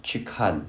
去看